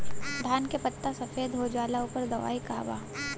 धान के पत्ता सफेद हो जाला ओकर दवाई का बा?